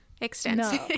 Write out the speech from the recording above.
extensive